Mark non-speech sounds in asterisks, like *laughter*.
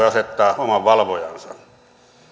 *unintelligible* asettaa oman valvojansa